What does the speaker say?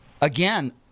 again